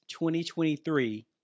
2023